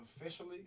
officially